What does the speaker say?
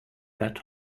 that